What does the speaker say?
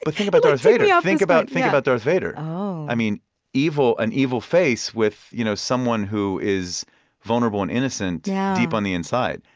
but think about darth vader. yeah think about think about darth vader um i mean an an evil face with you know someone who is vulnerable and innocent deep on the inside.